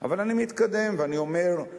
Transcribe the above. אבל אני מתקדם ואני אומר,